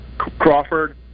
Crawford